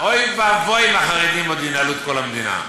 אוי ואבוי אם החרדים עוד ינהלו את כל המדינה.